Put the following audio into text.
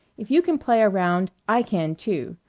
if you can play around, i can, too.